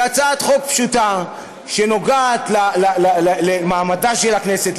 והצעת חוק פשוטה שנוגעת למעמדה של הכנסת,